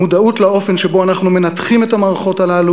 מודעות לאופן שבו אנחנו מנתחים את המערכות הללו